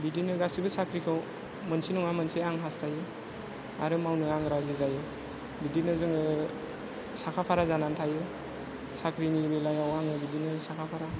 बिदिनो गासैबो साख्रिखौ मोनसे नङा मोनसे आं हास्थायो आरो मावनो आं राजि जायो बिदिनो जोङो साखा फारा जानानै थायो साख्रिनि बेलायाव आङो बिदिनो साखा फारा